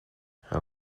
how